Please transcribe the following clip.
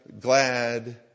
glad